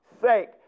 sake